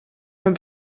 een